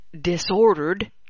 disordered